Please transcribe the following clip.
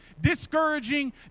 discouraging